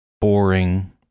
boring